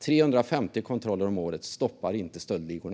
350 kontroller om året stoppar inte stöldligorna.